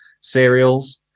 cereals